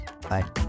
Bye